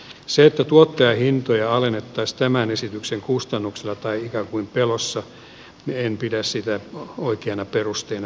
sitä että tuottajahintoja alennettaisiin tämän esityksen kustannuksella tai ikään kuin pelossa en pidä oikeana perusteena myöskään